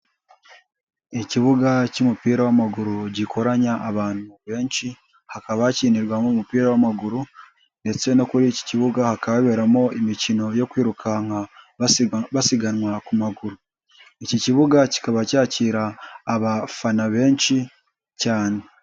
Ikibuga cy'umupira w'amaguru gikoranya abantu benshi, hakaba hakinirwamo umupira w'amaguru ndetse no kuri iki kibuga hakaba haberamo imikino yo kwirukanka basiganwa ku maguru. Iki kibuga kikaba cyakira abafana benshi cyane.